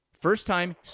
first-time